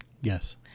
yes